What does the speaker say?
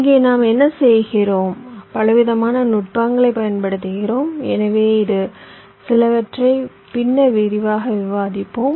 இங்கே நாம் என்ன செய்கிறோம் பலவிதமான நுட்பங்களைப் பயன்படுத்துகிறோம் எனவே இது சிலவற்றை பின்னர் விரிவாக விவாதிப்போம்